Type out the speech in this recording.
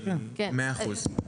מאה אחוז.